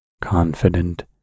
confident